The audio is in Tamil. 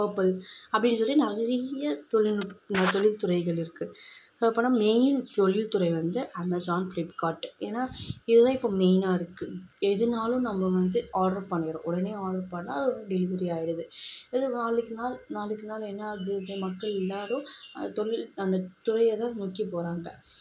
பர்பிள் அப்படின் சொல்லிட்டு நிறைய தொழில்நுட் தொழில் துறைகள் இருக்குது ஸோ அப்படின்னா மெயின் தொழில் துறை வந்து அமேசான் ஃப்ளிப்காட் ஏன்னா இதுதான் இப்போ மெயினாக இருக்குது எதுனாலும் நம்ம வந்து ஆட்ரு பண்ணிடுறோம் உடனே ஆட்ரு பண்ணால் அதுவும் டெலிவரி ஆயிடுது இது நாளுக்கு நாள் நாளுக்கு நாள் என்ன ஆகுது மக்கள் எல்லாரும் தொழில் அந்த தொழிலைதான் நோக்கி போகிறாங்க